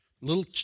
little